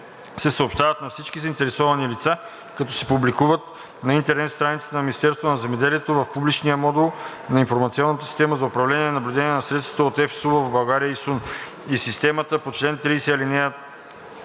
се съобщават на всички заинтересовани лица, като се публикуват на интернет страницата на Министерството на земеделието, в публичния модул на Информационната система за управление и наблюдение на средствата от ЕФСУ в България (ИСУН) и в системата по чл. 30, ал.